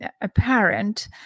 apparent